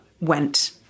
went